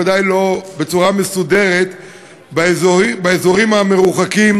ודאי לא בצורה מסודרת באזורים המרוחקים,